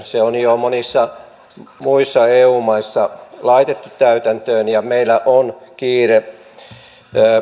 se on jo monissa muissa eu maissa laitettu täytäntöön ja meillä on kiire